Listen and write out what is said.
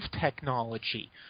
technology